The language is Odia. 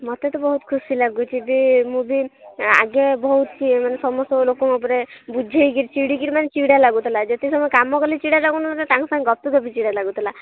ମୋତେ ତ ବହୁତ ଖୁସି ଲାଗୁଛି ଯେ ମୁଁ ବି ଆଗେ ବହୁତ ୟେ ମାନେ ସମସ୍ତଙ୍କୁ ଲୋକଙ୍କ ଉପରେ ବୁଝାଇକି ଚିଡ଼ିକରି ମାନେ ଚିଡ଼ା ଲାଗୁଥିଲା ଯେତିକି ସମୟ କାମ କଲି ଚିଡ଼ା ଲାଗୁ ନ ଥିଲା ତାଙ୍କ ସାଙ୍ଗେ ଗପି ଗପି ଚିଡ଼ା ଲାଗୁଥିଲା